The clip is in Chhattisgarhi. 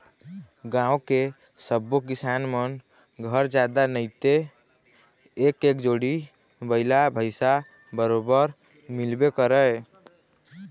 गाँव के सब्बो किसान मन घर जादा नइते एक एक जोड़ी बइला भइसा बरोबर मिलबे करय